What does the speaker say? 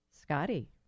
Scotty